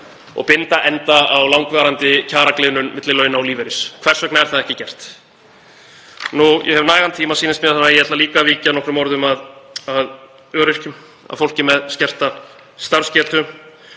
og binda enda á langvarandi kjaragliðnun milli launa og lífeyris? Hvers vegna er það ekki gert? Ég hef nægan tíma, sýnist mér, þannig að ég ætla líka að víkja nokkrum orðum að öryrkjum, að fólki með skerta starfsgetu.